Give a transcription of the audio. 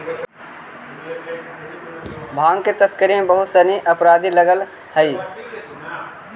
भाँग के तस्करी में बहुत सनि अपराधी लगल हइ